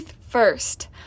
first